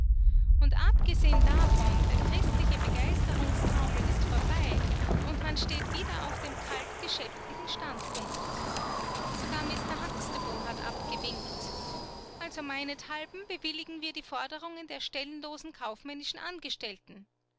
und abgesehen davon der christliche begeisterungstaumel ist vorbei und man steht wieder auf dem kalt geschäftlichen standpunkt sogar mister huxtable hat abgewinkt also meinethalben bewilligen wir die forderungen der stellenlosen kaufmännischen angestellten